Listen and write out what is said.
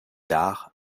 dares